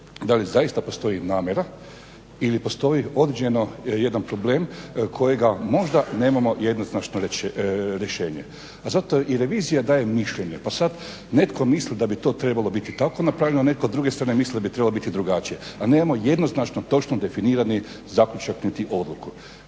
da li zaista postoji namjera ili postoji određeno jedan problem kojega možda nemamo jednoznačno rješenje? A zato i revizija daje mišljenje pa sad netko misli da bi to trebalo biti tako, na kraju netko s druge strane misli da bi trebalo biti drugačije, a nemamo jednoznačno točno definirani zaključak niti odluku.